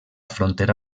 frontera